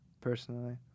personally